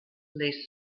lay